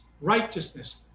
righteousness